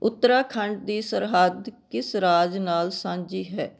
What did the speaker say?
ਉੱਤਰਾਖੰਡ ਦੀ ਸਰਹੱਦ ਕਿਸ ਰਾਜ ਨਾਲ ਸਾਂਝੀ ਹੈ